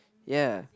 ya